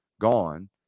gone